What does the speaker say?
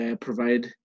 provide